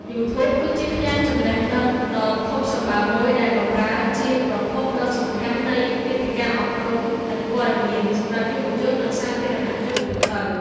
YouTube គឺជាឃ្លាំងចំណេះដឹងដ៏ធំសម្បើមមួយ ដែលបម្រើជាប្រភពដ៏សំខាន់នៃ មាតិកាអប់រំ និងព័ត៌មាន សម្រាប់យុវជន និងសាធារណជនទូទៅ។